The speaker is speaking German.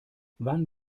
wann